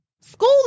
school